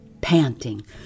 panting